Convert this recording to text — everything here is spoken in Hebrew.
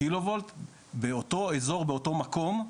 קילו וולט, באותו אזור ובאותו מקום.